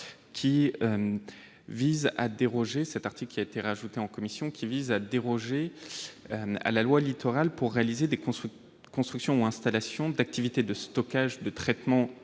autorise à déroger à la loi Littoral pour réaliser des constructions ou installations liées aux activités de stockage, de traitement